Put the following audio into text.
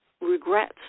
regrets